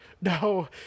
no